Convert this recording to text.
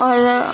اور